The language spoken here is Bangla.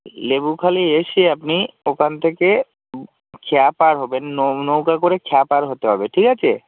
নেবুখালি এসে আপনি ওখান থেকে চা পার হবেন নো নৌকা করে চা পার হতে হবে ঠিক আছে